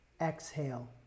exhale